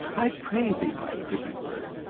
i pray thee, my pretty bird,